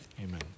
Amen